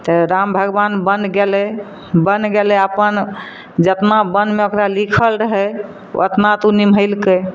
तऽ राम भगबान बन गेलै बन गेलै अपन जेतना बनमे ओकरा लीखल रहै ओतना तऽ ओ निमहेलकै